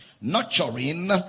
nurturing